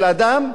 של אדם,